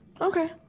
Okay